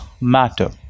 matter